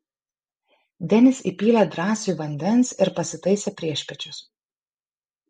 denis įpylė drąsiui vandens ir pasitaisė priešpiečius